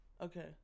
Okay